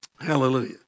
hallelujah